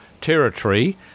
territory